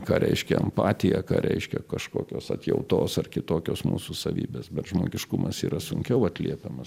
ką reiškia empatija ką reiškia kažkokios atjautos ar kitokios mūsų savybės bet žmogiškumas yra sunkiau atliepiamas apginti